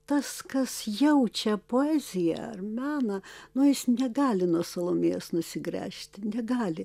tas kas jaučia poeziją ar meną no jis negali nuo salomėjos nusigręžti negali